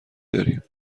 داریم